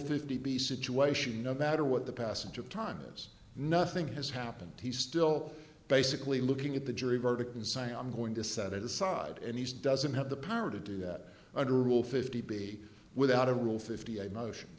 fifty b situation no matter what the passage of time has nothing has happened he's still basically looking at the jury verdict and sign i'm going to set it aside and he doesn't have the power to do that under rule fifty b without a rule fifty a motion